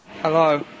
Hello